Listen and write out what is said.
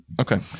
Okay